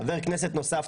חבר כנסת נוסף,